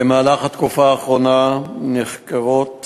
במהלך התקופה האחרונה נחקרות